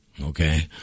Okay